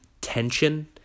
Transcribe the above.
tension